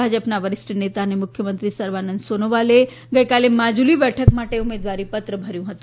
ભાજપના વરિષ્ઠ નેતા અને મુખ્યમંત્રી સર્વાનંદ સોનોવાલે આજે માજુલી બેઠક માટે ઉમેદવારી પત્ર ભર્યું છે